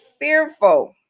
fearful